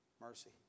Mercy